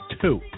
two